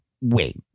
Wait